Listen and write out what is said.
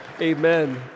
Amen